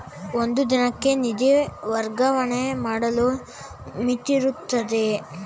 ಒಂದು ದಿನಕ್ಕೆ ನಿಧಿ ವರ್ಗಾವಣೆ ಮಾಡಲು ಮಿತಿಯಿರುತ್ತದೆಯೇ?